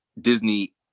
Disney